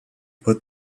put